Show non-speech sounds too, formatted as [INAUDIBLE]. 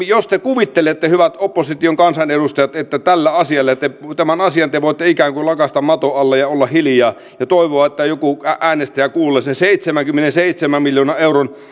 [UNINTELLIGIBLE] jos te kuvittelette hyvät opposition kansanedustajat että tämän asian te voitte ikään kuin lakaista maton alle ja olla hiljaa ja toivoa että joku äänestäjä kuulee sen seitsemänkymmenenseitsemän miljoonan euron